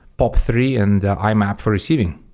but three and imap for receiving.